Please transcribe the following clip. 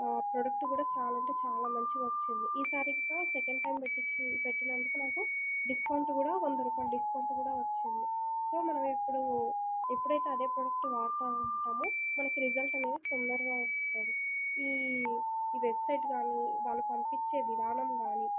product కూడా చాలా అంటే చాలా మంచిగొచ్చింది ఈసారి ఇంకా సెకండ్ టైం పెట్టిచ్చిన పెట్టినందుకు నాకు డిస్కౌంట్ కూడా వంద రూపాయలు డిస్కౌంట్ కూడా వచ్చింది సో మనమిప్పుడు ఎప్పుడైతే అదే ప్రోడక్ట్ వాడతా ఉంటామో మనకి రిజల్ట్ అనేది తొందరగా వస్తుంది ఈ ఈ వెబ్సైట్ కానీ వాళ్ళు పంపిచ్చే విధానం గానీ